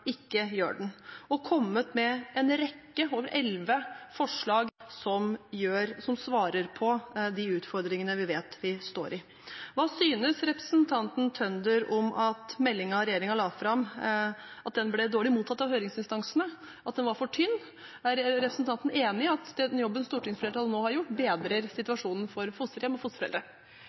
ikke gjør den, og kommet med en rekke ‒ over elleve ‒ forslag som svarer på de utfordringene vi vet vi står overfor. Hva synes representanten Tønder om at meldingen regjeringen la fram, ble dårlig mottatt av høringsinstansene ‒ at den var for tynn? Er representanten enig i at den jobben stortingsflertallet nå har gjort, bedrer situasjon for fosterhjem og fosterforeldre?